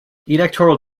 electoral